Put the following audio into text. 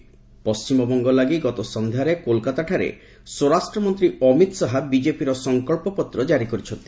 ପଶ୍ଚିମବଙ୍ଗ ଲାଗି ଗତ ସନ୍ଧ୍ୟାରେ କୋଲକାତାଠାରେ ସ୍ୱରାଷ୍ଟ୍ରମନ୍ତ୍ରୀ ଅମିତ ଶାହା ବିଜେପିର ସଂକଳ୍ପପତ୍ର ଜାରି କରିଛନ୍ତି